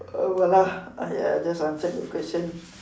oh I just answered your question